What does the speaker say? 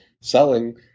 selling